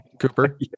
Cooper